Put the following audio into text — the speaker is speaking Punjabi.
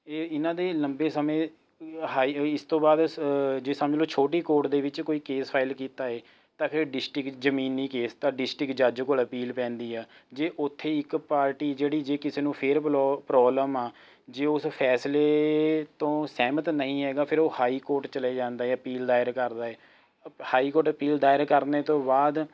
ਇਹ ਇਹਨਾਂ ਦੇ ਲੰਬੇ ਸਮੇਂ ਹਾਈ ਹੀ ਇਸ ਤੋਂ ਬਾਅਦ ਜੇ ਸਮਝ ਲਓ ਛੋਟੀ ਕੋਰਟ ਦੇ ਵਿੱਚ ਕੋਈ ਕੇਸ ਫਾਈਲ ਕੀਤਾ ਹੈ ਤਾਂ ਫੇਰ ਡਿਸਟਿਕ ਜ਼ਮੀਨੀ ਕੇਸ ਤਾਂ ਡਿਸਟਿਕ ਜੱਜ ਕੋਲ ਅਪੀਲ ਪੈਂਦੀ ਆ ਜੇ ਉੱਥੇ ਇੱਕ ਪਾਰਟੀ ਜਿਹੜੀ ਜੇ ਕਿਸੇ ਨੂੰ ਫੇਰ ਬਲੋ ਪ੍ਰੋਬਲਮ ਆ ਜੇ ਉਸ ਫੈਸਲੇ ਤੋਂ ਸਹਿਮਤ ਨਹੀਂ ਹੈਗਾ ਫੇਰ ਉਹ ਹਾਈ ਕੋਰਟ ਚਲੇ ਜਾਂਦਾ ਹੈ ਅਪੀਲ ਦਾਇਰ ਕਰਦਾ ਹੈ ਹਾਈ ਕੋਰਟ ਅਪੀਲ ਦਾਇਰ ਕਰਨ ਤੋਂ ਬਾਅਦ